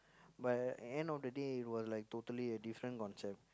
but end of the day it's like totally different concept